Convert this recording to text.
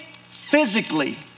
physically